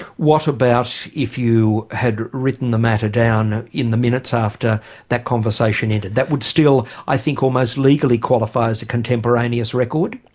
what about if you had written the matter down in the minutes after that conversation ended, that would still i think almost legally qualify as a contemporaneous record?